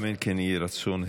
אמן כן יהי רצון,